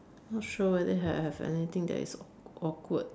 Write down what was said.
not sure whether have anything that is awkward